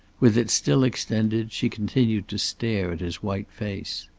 with it still extended she continued to stare at his white face.